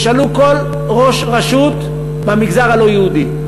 תשאלו כל ראש רשות במגזר הלא-יהודי.